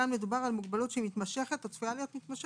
כאן מדובר על מוגבלות שהיא מתמשכת או צפויה להיות מתמשכת,